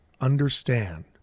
understand